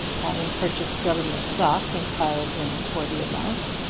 having purchased government stock in clara's name for the amount,